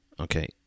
Okay